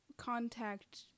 contact